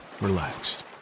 Relaxed